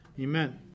amen